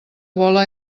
vola